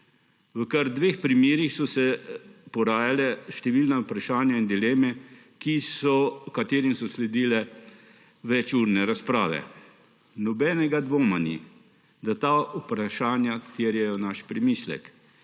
V kar dveh primerih so se porajala številna vprašanja in dileme, ki so jim sledile večurne razprave. Nobenega dvoma ni, da ta vprašanja terjajo naš premislek